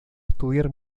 estudiar